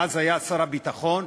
שאז היה שר הביטחון,